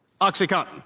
Oxycontin